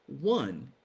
One